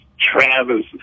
Travis